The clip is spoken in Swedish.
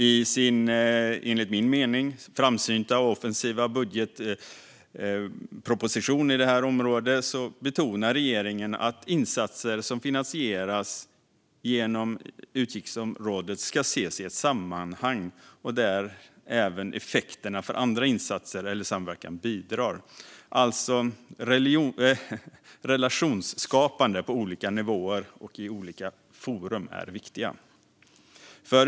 I sin, enligt min mening, framsynta och offensiva budgetproposition på området betonar regeringen att insatser som finansieras genom utgiftsområdet ska ses i ett sammanhang där även effekterna av andra insatser eller samverkan bidrar. Det är alltså viktigt med relationsskapande på olika nivåer och i olika forum.